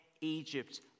Egypt